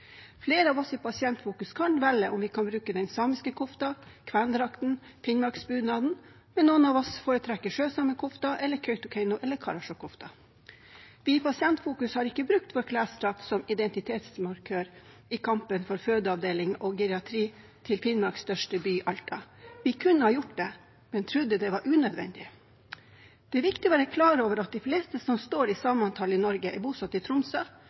i Pasientfokus kan velge om vi vil bruke den samiske kofta, kvendrakten eller finnmarksbunaden – eller om vi foretrekker sjøsamekofta, kautokeinokofta eller karasjokkofta. Vi i Pasientfokus har ikke brukt vår klesdrakt som identitetsmarkør i kampen for fødeavdeling og geriatri til Finnmarks største by Alta. Vi kunne ha gjort det, men trodde det var unødvendig. Det er viktig å være klar over at de fleste som står i samemanntallet i Norge, er bosatt i Tromsø,